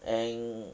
and